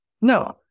No